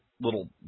little